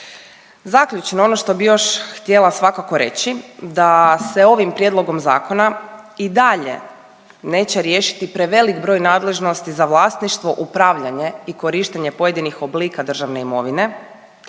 Zaključno, ono što bih još htjela svakako reći da se ovim prijedlogom zakona i dalje neće riješiti prevelik broj nadležnosti za vlasništvo, upravljanje i korištenje pojedinih oblika državne imovine,